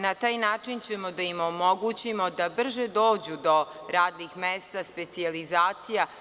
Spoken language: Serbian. Na taj način ćemo da im omogućimo da brže dođu do radnih mesta, specijalizacija.